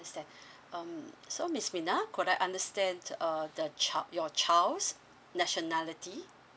understand um so miss mina could I understand uh the chi~ your child's nationality